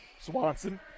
Swanson